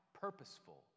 purposeful